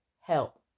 help